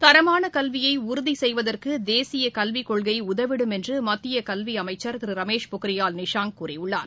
தரமான கல்வியை உறுதி செய்வதற்கு தேசிய கல்விக் கொள்கை உதவிடும் என்று மத்திய கல்வி அமைச்சர் திரு ரமேஷ் பொக்ரியால் நிஷாங்க் கூறியுள்ளார்